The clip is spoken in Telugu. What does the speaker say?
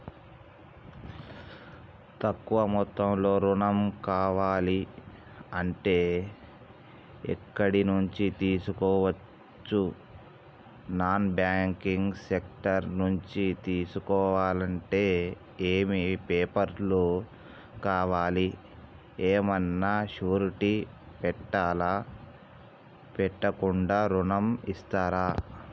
తక్కువ మొత్తంలో ఋణం కావాలి అంటే ఎక్కడి నుంచి తీసుకోవచ్చు? నాన్ బ్యాంకింగ్ సెక్టార్ నుంచి తీసుకోవాలంటే ఏమి పేపర్ లు కావాలి? ఏమన్నా షూరిటీ పెట్టాలా? పెట్టకుండా ఋణం ఇస్తరా?